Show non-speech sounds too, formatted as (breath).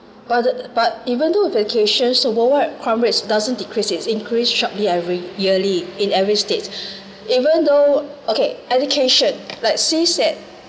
well the but even though with educations the world wide crime rates doesn't decrease it's increased sharply every yearly in every state (breath) even though okay education like since that